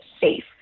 safe